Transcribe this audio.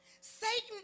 satan